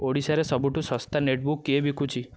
ଓଡ଼ିଶାରେ ସବୁଠୁ ଶସ୍ତା ନେଟ୍ବୁକ୍ କିଏ ବିକୁଛି